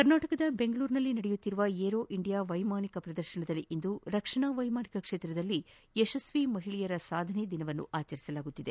ಕರ್ನಾಟಕದ ಬೆಂಗಳೂರಿನಲ್ಲಿ ನಡೆಯುತ್ತಿರುವ ಏರೋ ಇಂಡಿಯಾ ವೈಮಾನಿಕ ಪ್ರದರ್ಶನದಲ್ಲಿ ಇಂದು ರಕ್ಷಣಾ ವೈಮಾನಿಕ ಕ್ಷೇತ್ರದಲ್ಲಿ ಯಶಸ್ವಿ ಮಹಿಳೆಯರ ಸಾಧನೆ ದಿನವನ್ನು ಆಚರಿಸಲಾಗುತ್ತಿದೆ